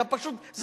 ואתה פשוט,